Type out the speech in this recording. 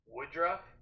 Woodruff